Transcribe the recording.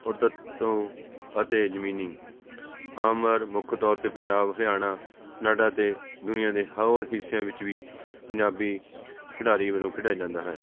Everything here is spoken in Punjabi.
ਹਤਤਤੂ ਅਤੇ ਜਮੀਨੀ ਅਮਰ ਮੁੱਖ ਤੌਰ 'ਤੇ ਪੰਜਾਬ ਹਰਿਆਣਾ ਕਨਾਡਾ ਅਤੇ ਦੁਨੀਆ ਦੇ ਹੋਰ ਹਿੱਸਿਆਂ ਵਿੱਚ ਵੀ ਪੰਜਾਬੀ ਖਿਡਾਰੀ ਵਜੋਂ ਖੇਡਿਆ ਜਾਂਦਾ ਹੈ